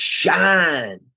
shine